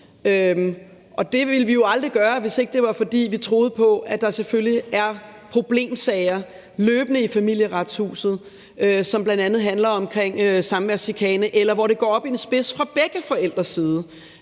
det ville vi jo aldrig gøre, hvis ikke det var, fordi vi troede på, at der selvfølgelig løbende er problemsager i Familieretshuset, som bl.a. handler om samværschikane, eller hvor det går op i en spids fra begge forældres side.